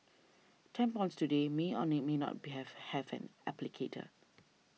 tampons today may or name may not be have have an applicator